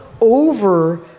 over